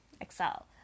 excel